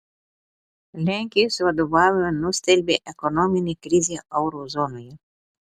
lenkijos vadovavimą nustelbė ekonominė krizė euro zonoje